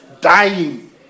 dying